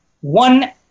one